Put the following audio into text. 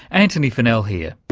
antony funnell here.